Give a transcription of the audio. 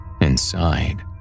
Inside